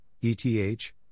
ETH